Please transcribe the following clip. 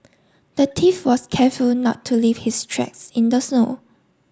the thief was careful not to leave his tracks in the snow